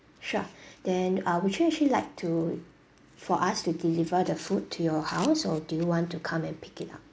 sure then uh would you actually like to for us to deliver the food to your house or do you want to come and pick it up